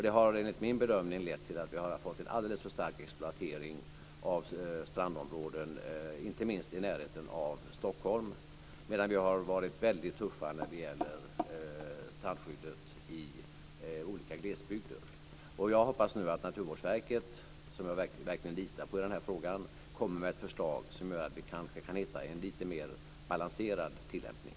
Det har enligt min bedömning lett till att vi har fått en alldeles för stark exploatering av strandområden, inte minst i närheten av Stockholm, medan vi har varit väldigt tuffa när det gäller strandskyddet i olika glesbygder. Jag hoppas nu att Naturvårdsverket, som jag verkligen litar på i den här frågan, kommer med ett förslag som gör att vi kan hitta en lite mer balanserad tillämpning.